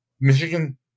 Michigan